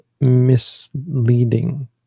misleading